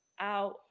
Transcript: Out